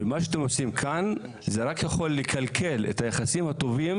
ומה שאתם עושים כאן זה רק יכול לקלקל את היחסים הטובים,